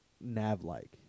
nav-like